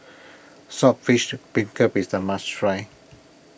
Saltfish Beancurd is a must try